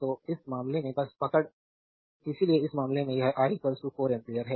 तो इस मामले में बस पकड़ इसलिए इस मामले में यह i 4 एम्पियर है